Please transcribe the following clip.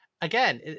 again